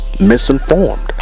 misinformed